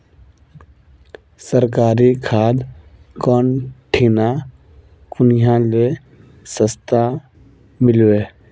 सरकारी खाद कौन ठिना कुनियाँ ले सस्ता मीलवे?